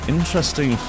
Interesting